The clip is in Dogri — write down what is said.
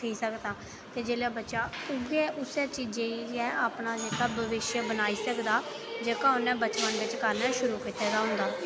सिक्खी सकदा ते जेल्लै बच्चा उ'ऐ उस्सै चीजै गी गै अपना जेह्का भविष्य बनाई सकदा जेह्का उन्नै बचपन बिच शुरू कीते दा होंदा